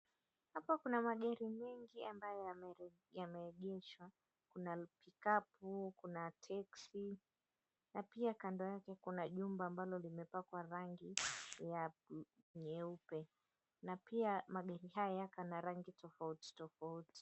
Hapa kuna magari mengi ambayo yameegeshwa. Kuna pikapapu, kuna teksi na pia kando yake kuna jumba ambalo limepakwa rangi nyeupe na pia magari haya yana rangi tofautitofauti.